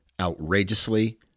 outrageously